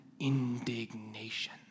Indignation